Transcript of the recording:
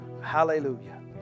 Hallelujah